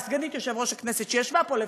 סגנית יושב-ראש הכנסת שישבה פה לפניך,